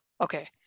okay